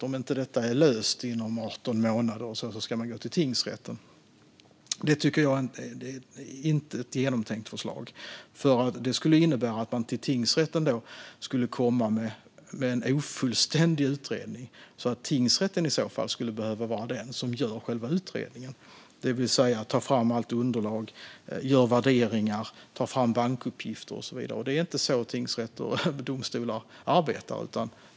Om detta inte är löst inom 18 månader eller så ska man då gå till tingsrätten. Det tycker jag inte är ett genomtänkt förslag, för det skulle innebära att man skulle komma med en ofullständig utredning till tingsrätten. Tingsrätten skulle i så fall behöva vara den som gör själva utredningen, det vill säga tar fram allt underlag, gör värderingar, tar fram bankuppgifter och så vidare. Det är inte så tingsrätter och domstolar arbetar.